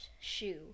shoe